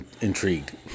intrigued